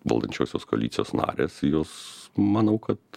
valdančiosios koalicijos narės jos manau kad